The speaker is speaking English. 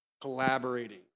collaborating